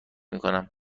میکنم